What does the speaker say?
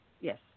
Yes